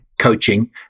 coaching